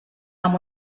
amb